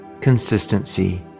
consistency